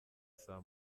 saa